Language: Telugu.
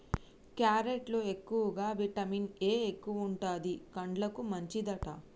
క్యారెట్ లో ఎక్కువగా విటమిన్ ఏ ఎక్కువుంటది, కండ్లకు మంచిదట